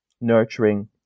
nurturing